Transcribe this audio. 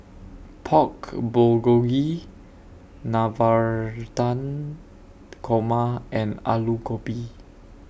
Pork Bulgogi Navratan Korma and Alu Gobi